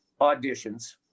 auditions